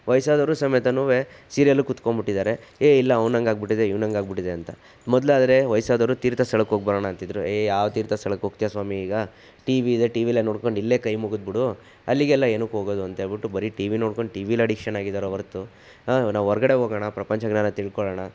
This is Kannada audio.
ವಯ್ಸಾದವರು ಸಮೇತನೂ ಸೀರಿಯಲ್ಲೂ ಕುತ್ಕೋಬಿಟ್ಟಿದಾರೆ ಹೇ ಇಲ್ಲ ಅವನು ಹಾಗಾಗ್ಬಿಟ್ಟಿದೆ ಇವನು ಹಾಗಾಗ್ಬಿಟ್ಟಿದೆ ಅಂತ ಮೊದಲಾದ್ರೆ ವಯಸ್ಸಾದವರು ತೀರ್ಥಸ್ಥಳಕ್ಕೆ ಹೋಗ್ಬರೋಣ ಅಂತಿದ್ರು ಏ ಯಾವ ತೀರ್ಥ ಸ್ಥಳಕ್ಕೆ ಹೋಗ್ತ್ಯಾ ಸ್ವಾಮಿ ಈಗ ಟಿ ವಿಯಿದೆ ಟಿ ವಿಲೇ ನೋಡ್ಕೊಂಡು ಇಲ್ಲೇ ಕೈ ಮುಗಿದ್ಬಿಡು ಅಲ್ಲಿಗೆಲ್ಲ ಏನಕ್ಕೆ ಹೋಗೋದು ಅಂಥೇಳ್ಬಿಟ್ಟು ಬರೀ ಟಿ ವಿ ನೋಡ್ಕೊಂಡು ಟಿ ವಿಲೇ ಅಡಿಕ್ಷನ್ ಆಗಿದ್ದಾರೆ ಹೊರತು ನಾವು ಹೊರಗಡೆ ಹೋಗೋಣ ಪ್ರಪಂಚ ಜ್ಞಾನ ತಿಳ್ಕೊಳ್ಳೋಣ